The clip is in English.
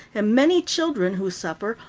and many children who suffer,